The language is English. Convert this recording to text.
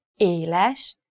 éles